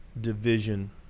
division